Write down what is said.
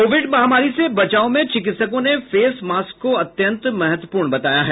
Covid महामारी से बचाव में चिकित्सकों ने फेस मास्क को अत्यंत महत्वपूर्ण बताया है